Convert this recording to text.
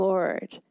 Lord